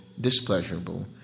displeasurable